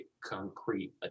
concrete